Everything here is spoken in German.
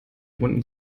runden